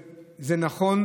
זה נכון,